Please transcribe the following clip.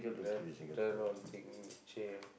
then that's one thing ah